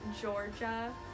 Georgia